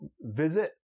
visit